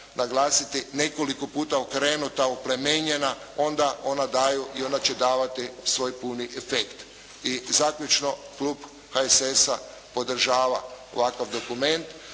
naglasiti nekoliko puta okrenuta, oplemenjena, onda ona daju i ona će davati svoj puni efekt. I zaključno, klub HSS-a podržava ovakav dokument.